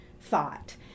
thought